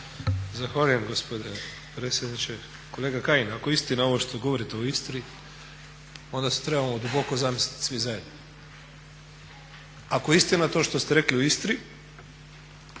Zahvaljujem gospodine potpredsjedniče. Kolega Kajin, ako je istina ovo što govorite o Istri onda se trebamo duboko zamisliti svi zajedno. Ako je istina to što ste rekli o Istri